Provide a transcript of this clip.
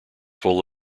full